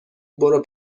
برو